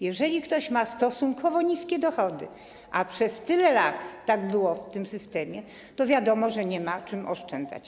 Jeżeli ktoś ma stosunkowo niskie dochody, a przez tyle lat tak było w tym systemie, to wiadomo, że nie ma z czego oszczędzać.